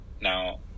Now